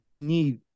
need